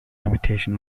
limitation